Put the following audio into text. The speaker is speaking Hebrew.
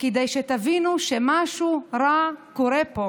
כדי שתבינו שמשהו רע קורה פה?